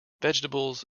vegetables